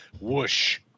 whoosh